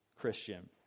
Christian